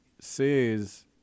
says